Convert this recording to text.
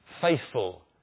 faithful